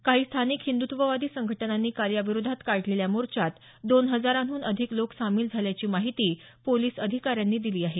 काही स्थानिक हिंदुत्ववादी संघटनांनी काल याविरोधात काढलेल्या मोर्चात दोन हजाराहून अधिक लोक सामील झाल्याची माहिती पोलीस अधिकाऱ्यांनी दिली आहे